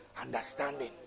Understanding